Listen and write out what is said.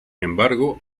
embargo